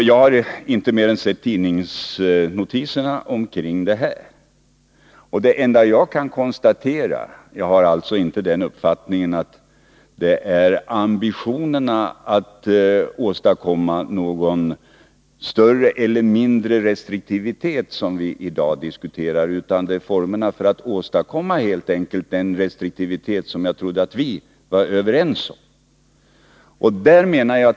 Jag har bara sett tidningsnotiserna om detta, men jag har inte den uppfattningen att det är ambitionerna att åstadkomma någon större eller mindre restriktivitet som vi i dag diskuterar, utan det är formerna för att åstadkomma den restriktivitet som jag trodde att vi var överens om är nödvändig.